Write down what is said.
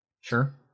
Sure